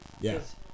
Yes